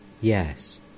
Yes